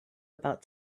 about